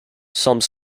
some